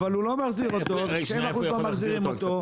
אבל הוא לא מחזיר אותו, 90% לא מחזירים אותו.